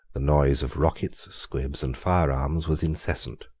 the noise of rockets, squibs, and firearms, was incessant.